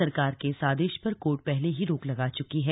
सरकार के इस आदेश पर कोर्ट पहले ही रोक लगा चुकी है